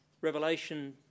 Revelation